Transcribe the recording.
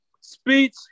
speech